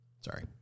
Sorry